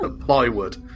Plywood